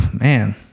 man